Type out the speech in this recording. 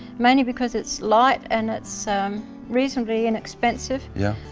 mainly because it's light and it's reasonably inexpensive. yep.